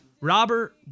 Robert